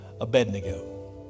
Abednego